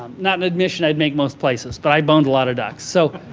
not an admission i'd make most places, but i boned a lot of ducks. so,